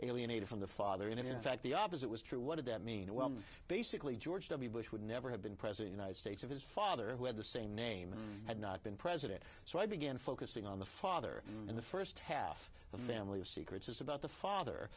alienated from the father and in fact the opposite was true what did that mean well basically george w bush would never have been present united states of his father who had the same name and had not been president so i began focusing on the father in the st half the family of secrets is about the father